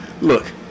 Look